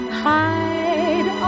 hide